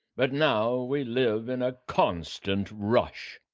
but now we live in a constant rush,